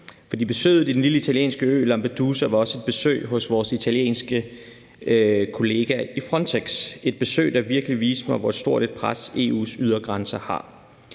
For besøget på den lille italienske ø Lampedusa var også et besøg hos vores italienske kollegaer i Frontex – et besøg, der virkelig viste mig, hvor stort et pres der er på